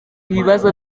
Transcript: ibibazo